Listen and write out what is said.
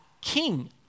king